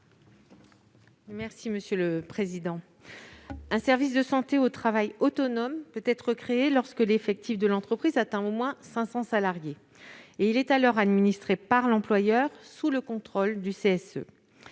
service de prévention et de santé au travail autonome peut être créé lorsque l'effectif de l'entreprise atteint au moins 500 salariés. Il est alors administré par l'employeur, sous le contrôle du